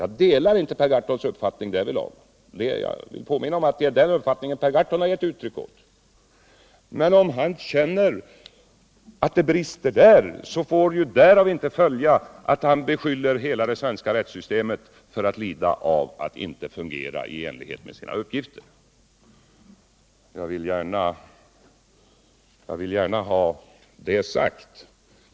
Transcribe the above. Jag delar inte Per Gahrtons uppfattning därvidlag; jag påminner bara om att det är den uppfattning som Per Gahrton har givit uttryck åt. Men om han känner att det brister där, så får ju därav inte följa att han beskyller hela det svenska rättssystemet för att inte fungera i enlighet med sina uppgifter! Jag vill gärna ha det sagt.